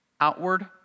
outward